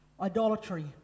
idolatry